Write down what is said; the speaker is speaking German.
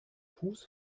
fuß